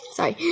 Sorry